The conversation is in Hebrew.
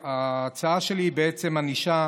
ההצעה שלי היא בעצם על ענישה